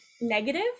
negative